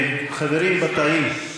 חברים בתאים,